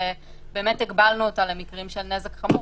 באמת הגבלנו אותה למקרים של נזק חמור,